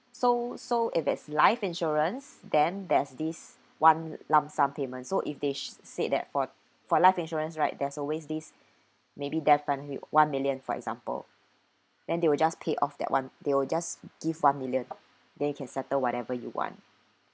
so so if it's life insurance then there's this one lump sum payment so if they sh~ say that for for life insurance right there's always these maybe death penalty one million for example then they will just pay off that one they will just give one million then you can settle whatever you want